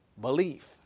Belief